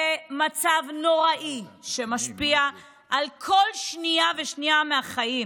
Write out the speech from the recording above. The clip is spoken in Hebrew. זה מצב נוראי שמשפיע על כל שנייה ושנייה מהחיים.